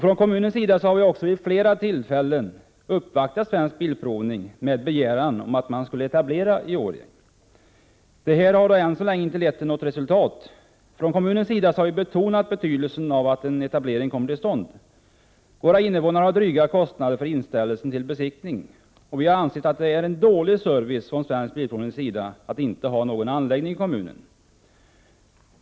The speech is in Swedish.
Från kommunens sida har vi också vid flera tillfällen uppvaktat Svensk Bilprovning med begäran om etablering i Årjäng. Detta har ännu inte lett till något resultat. Från kommunens sida har vi betonat betydelsen av att en etablering kommer till stånd. Våra invånare har dryga kostnader vid inställelse till besiktning, och vi har ansett det vara dålig service från Svensk Bilprovnings sida att inte ha någon anläggning i kommunen.